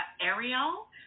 Ariel